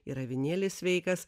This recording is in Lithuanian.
ir avinėlis sveikas